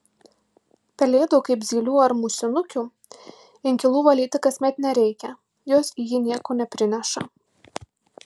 pelėdų kaip zylių ar musinukių inkilų valyti kasmet nereikia jos į jį nieko neprineša